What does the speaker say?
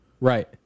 Right